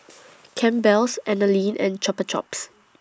Campbell's Anlene and Chupa Chups